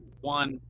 one